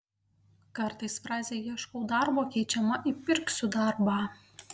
kartais frazė ieškau darbo keičiama į pirksiu darbą